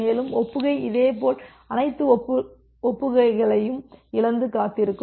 மேலும் ஒப்புகை இதேபோல் அனைத்து ஒப்புகைகளையும் இழந்து காத்திருக்கும்